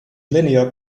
linear